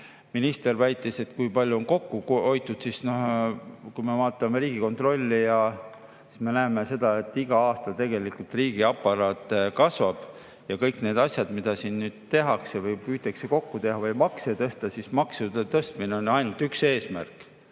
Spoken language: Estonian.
minister väitis, kui palju on kokku hoitud, siis kui me vaatame Riigikontrolli, siis me näeme seda, et igal aastal tegelikult riigiaparaat kasvab. Ja kõik need asjad, mida siin nüüd tehakse või püütakse teha, näiteks makse tõsta, siis maksude tõstmisel on ainult üks eesmärk.